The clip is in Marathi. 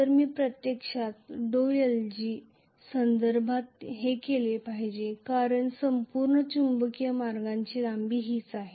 तर मी प्रत्यक्षात lg संदर्भात हे केले पाहिजे कारण संपूर्ण चुंबकीय मार्गाची लांबी हीच आहे